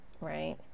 right